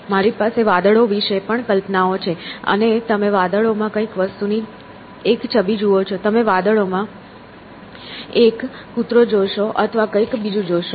મારી પાસે વાદળો વિશે પણ કલ્પનાઓ છે અને તમે વાદળોમાં કંઈક વસ્તુની એક છબી જુઓ છો તમે વાદળોમાં એક કૂતરો જોશો અથવા કંઈક બીજું જોશો